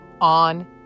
on